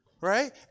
right